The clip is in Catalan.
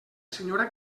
senyora